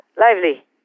lively